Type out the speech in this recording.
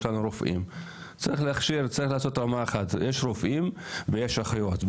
צריך לעשות רמה אחת, יש רופאים ויש אחיות.